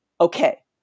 okay